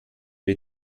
wir